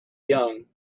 young